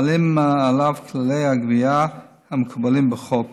חלים עליו כללי הגבייה המקובלים בחוק.